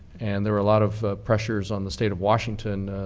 and there were a lot of pressures on the state of washington,